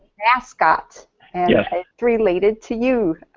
mascot. and it's related to you,